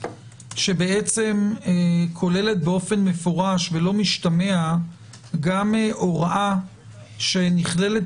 שבעצם כוללת באופן מפורש ולא משתמע גם הוראה שנכללת